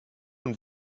und